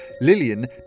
Lillian